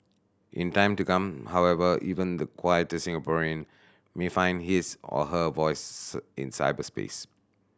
in time to come however even the quieter Singaporean may find his or her voice in cyberspace